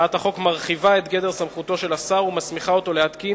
הצעת החוק מרחיבה את גדר סמכותו של השר ומסמיכה אותו להתקין,